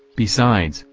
besides,